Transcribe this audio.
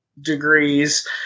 degrees